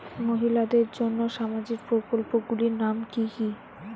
মহিলাদের জন্য সামাজিক প্রকল্প গুলির নাম কি কি?